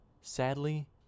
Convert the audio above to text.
Sadly